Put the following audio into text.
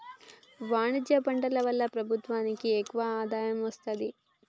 వాణిజ్య పంటల వల్ల ప్రభుత్వానికి ఎక్కువ ఆదాయం వస్తది